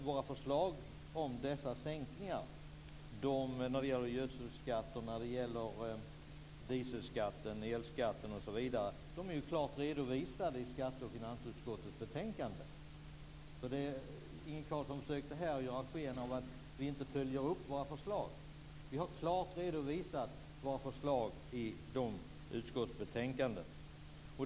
Våra förslag till sänkningar av gödselskatten, dieselskatten, elskatten osv. är klart redovisade i skatte och finansutskottens betänkanden. Inge Carlsson försökte göra sken av att vi inte följer upp våra förslag. Vi har klart redovisat våra förslag i utskottsbetänkandena.